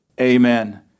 Amen